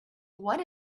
what